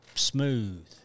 smooth